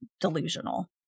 delusional